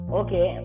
okay